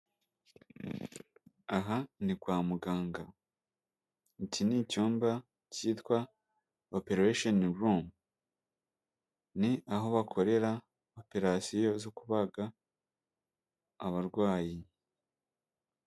Aha ni kwa muganga. Iki ni icyumba cyitwa operesheni rumu, ni aho bakorera operasiyo zo kubaga abarwayi.